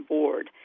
Board